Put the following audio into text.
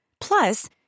Plus